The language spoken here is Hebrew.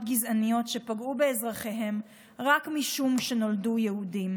גזעניות שפגעו באזרחיהן רק משום שנולדו יהודים.